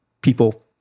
people